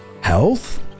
health